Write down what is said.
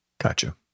Gotcha